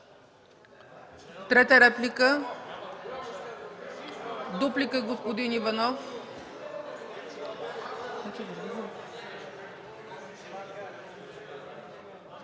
Трета реплика? Дуплика – господин Иванов.